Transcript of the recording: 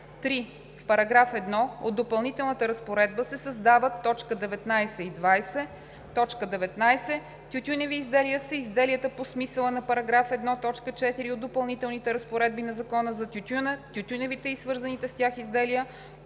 3. В § 1 от Допълнителната разпоредба се създават т. 19 и 20: „19. „Тютюневи изделия“ са изделията по смисъла на § 1, т. 4 от Допълнителните разпоредби на Закона за тютюна, тютюневите и свързаните с тях изделия.